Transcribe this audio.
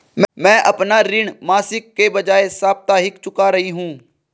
मैं अपना ऋण मासिक के बजाय साप्ताहिक चुका रही हूँ